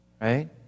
Right